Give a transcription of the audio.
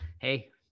hey